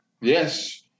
Yes